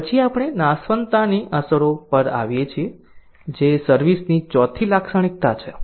પછી આપણે નાશવંતતાની અસરો પર આવીએ છીએ જે સર્વિસ ની ચોથી લાક્ષણિકતા છે